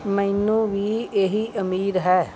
ਮੈਨੂੰ ਵੀ ਇਹੀ ਉਮੀਦ ਹੈ